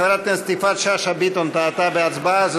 חברת הכנסת יפעת שאשא ביטון טעתה בהצבעה.